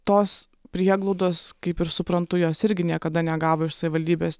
tos prieglaudos kaip ir suprantu jos irgi niekada negavo iš savivaldybės